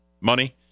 money